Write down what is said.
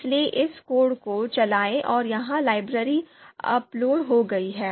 इसलिए इस कोड को चलाएं और यह लाइब्रेरी अब लोड हो गई है